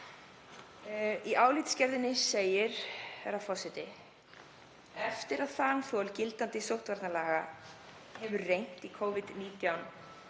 Í álitsgerðinni segir, herra forseti: „Eftir að á þanþol gildandi sóttvarnalaga hefur reynt í Covid-19